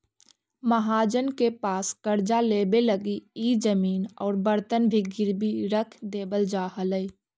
महाजन के पास कर्जा लेवे लगी इ जमीन औउर बर्तन भी गिरवी रख देवल जा हलई